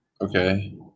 okay